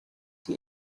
die